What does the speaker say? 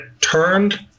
turned